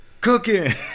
cooking